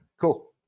Cool